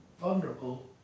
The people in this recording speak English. vulnerable